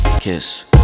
KISS